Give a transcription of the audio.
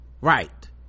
right